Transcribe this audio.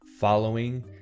following